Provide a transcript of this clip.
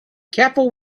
careful